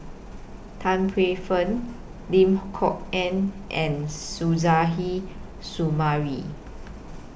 Tan Paey Fern Lim Kok Ann and Suzairhe Sumari